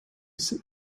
sit